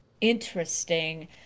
interesting